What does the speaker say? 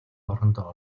орондоо